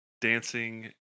dancing